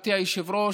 גברתי היושבת-ראש,